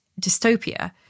dystopia